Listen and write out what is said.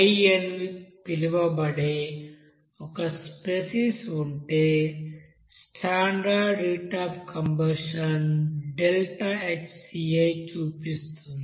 i అని పిలువబడే ఒక స్పెసిస్ ఉంటే స్టాండర్డ్ హీట్ అఫ్ కంబషన్ Hciచూపిస్తుంది